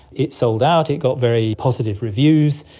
it sold out, it got very positive reviews.